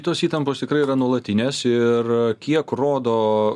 tos įtampos tikrai yra nuolatinės ir kiek rodo